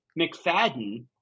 mcfadden